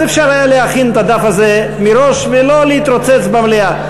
אז אפשר היה להכין את הדף הזה מראש ולא להתרוצץ במליאה.